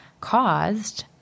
caused